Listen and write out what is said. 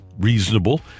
reasonable